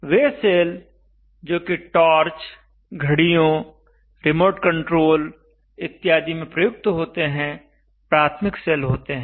वे cell जो कि torch घड़ियों रिमोट कंट्रोल इत्यादि में प्रयुक्त होते हैं प्राथमिक सेल होते हैं